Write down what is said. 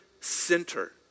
center